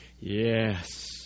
Yes